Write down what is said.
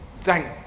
thank